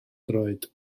droed